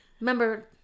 Remember